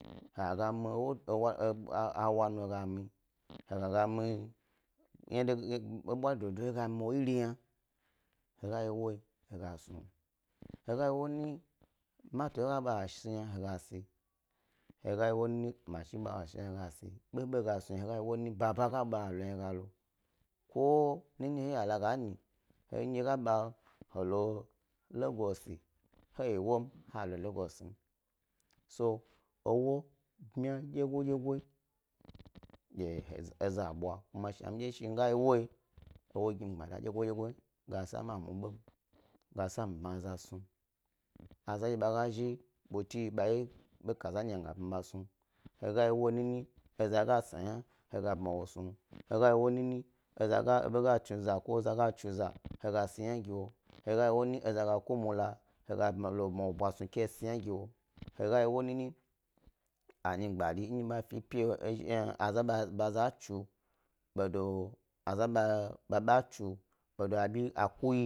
He gag a myi hawa nu he ga myi, bwari dododo ndye he ga myi wo eri yna he ga yi ewo he gas nu, he ga yi ewo nini mato ga ba he sni wori be yna he ga sni, he ga yi ewoyi nini mashi ndye ba he sni wori bi gna he ga sni, hega yi ewo nini bobo, baba nɗye ba he, helo yna he galo ko nini nɗye ga ɓa he, he lo regosi he ewo yi he lo he woyim ha lo legosi wo ewo bmya dyego dyego dye eza bwa, shni ndye mi shi miga yi ewoyi ha dye ge mi gbmada dyego dyego yasa ma mu ebem, gas a mi pmya za snu, aza ga zhi busi ɓe kazanyi yna mi ga pmya ɓa snu, he ga yi woyi nini e za ga sniya he ga pmya wo snu, hegayi wo nini ebo gat so za ko eza ga tsu za he ga si yna gi wo, he ga yi wo nini eza ga kumula he ga bmawo e bwasnu sni yna ge wo, he ga yi ewo nini anyigbari, ndye ba fe epi, ndye ba za a tsu bedo a za ndye ɓaɓa tsu bedo a kuyi